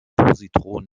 positron